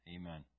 Amen